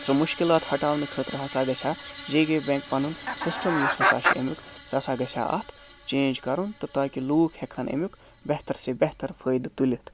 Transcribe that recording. سُہ مُشکِلات ہَٹاونہٕ خٲطرٕ ہسا گژھِ ہا جے کے بٮ۪نک پَنُن سِسٹم یُس ہسا چھُ اَمیُک سُہ سا گژھِ ہا اَتھ چٮ۪نج کَرُن تاکہِ لوٗکھ ہٮ۪کہٕ ہَن اَمیُک بہتر سے بہتر فٲیدٕ تُلِتھ